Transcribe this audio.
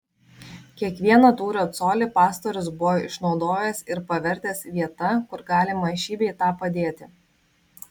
kiekvieną tūrio colį pastorius buvo išnaudojęs ir pavertęs vieta kur galima šį bei tą padėti